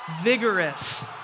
vigorous